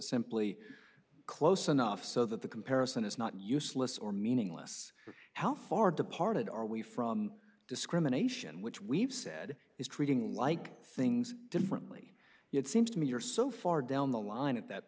simply close enough so that the comparison is not useless or meaningless but how far departed are we from discrimination which we've said is treating like things differently it seems to me you're so far down the line at that